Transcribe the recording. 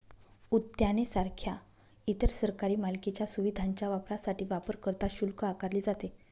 उद्याने सारख्या इतर सरकारी मालकीच्या सुविधांच्या वापरासाठी वापरकर्ता शुल्क आकारले जाते